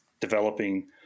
developing